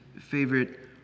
favorite